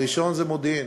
הראשון זה מודיעין.